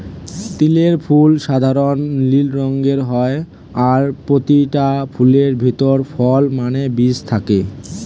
তিলের ফুল সাধারণ নীল রঙের হয় আর পোতিটা ফুলের ভিতরে ফল মানে বীজ থাকে